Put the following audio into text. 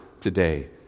today